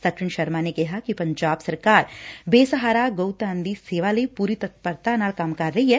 ਸਚਿਨ ਸ਼ਰਮਾ ਨੇ ਕਿਹਾ ਕਿ ਪੰਜਾਬ ਸਰਕਾਰ ਬੇਸਹਾਰਾ ਗਊਧਨ ਦੀ ਸੇਵਾ ਲਈ ਪੁਰੀ ਤਤਪਰਤਾ ਨਾਲ ਕੰਮ ਕਰ ਰਹੀ ਐ